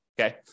Okay